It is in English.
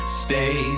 stay